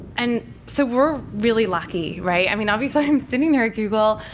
and so we're really lucky, right? i mean obviously i'm sitting here at google.